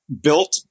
built